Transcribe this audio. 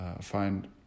find